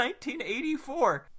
1984